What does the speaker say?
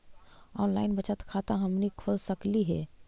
Online बचत खाता हमनी खोल सकली हे?